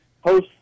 host